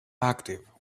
active